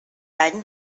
any